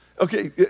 Okay